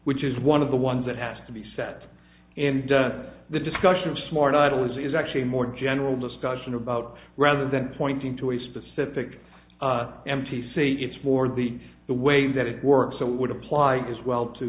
which is one of the ones that has to be set and the discussion of smart idlers is actually more general discussion about rather than pointing to a specific m t c it's more the the way that it works so would apply as well to